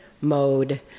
mode